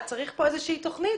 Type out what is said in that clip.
צריך פה איזושהי תוכנית,